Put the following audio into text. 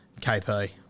KP